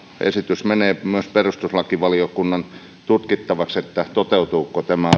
esitys menee myös perustuslakivaliokunnan tutkittavaksi se että toteutuuko tämä